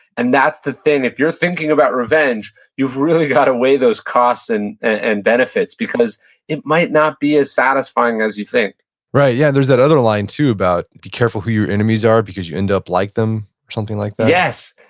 and that's the thing. if you're thinking about revenge, you've really got to weigh those costs and and benefits because it might not be as satisfying as you think right. yeah, there's that other line, too, about, be careful who your enemies are because you end up like them, or something like that yes.